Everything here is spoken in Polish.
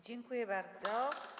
Dziękuję bardzo.